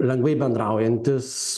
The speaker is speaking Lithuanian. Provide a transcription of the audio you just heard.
lengvai bendraujantis